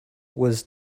was